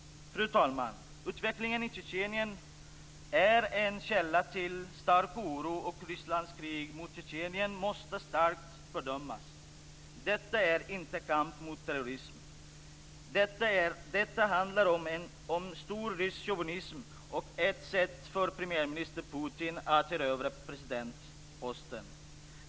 Fru talman! Utvecklingen i Tjetjenien är en källa till stark oro, och Rysslands krig mot Tjetjenien måste starkt fördömas. Detta är inte kamp mot terrorism. Det handlar om storrysk chauvinism och är ett sätt för premiärminister Putin att erövra presidentposten.